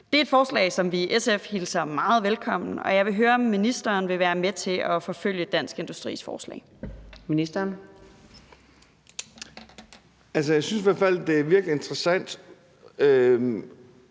Det er et forslag, som vi i SF hilser meget velkommen, og jeg vil høre, om ministeren vil være med til at forfølge Dansk Industris forslag. Kl. 15:13 Fjerde næstformand (Karina